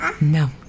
No